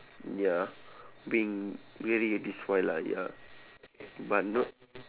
ya been really this while lah ya but not